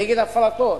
נגד הפרטות,